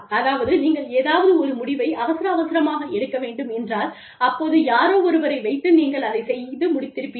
அதாவது நீங்கள் ஏதாவது ஒரு முடிவை அவசர அவசரமாக எடுக்க வேண்டும் என்றால் அப்போது யாரோ ஒருவரை வைத்து நீங்கள் அதை செய்து முடித்திருப்பீர்கள்